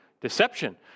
deception